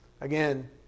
Again